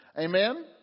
Amen